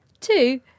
Two